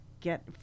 get